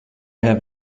have